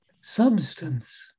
substance